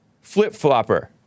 Flip-flopper